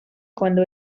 quando